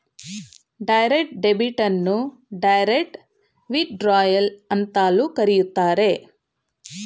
direct debit ಅನ್ನು direct withdrawal ಅಂತಲೂ ಕರೆಯುತ್ತಾರೆ